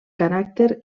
caràcter